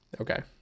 Okay